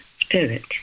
spirit